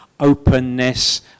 openness